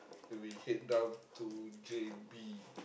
we head down to J_B